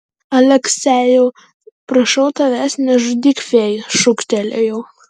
aleksejau prašau tavęs nežudyk fėjų šūktelėjau